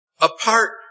apart